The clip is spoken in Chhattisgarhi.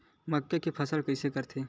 मक्का के फसल कइसे करथे?